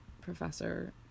professor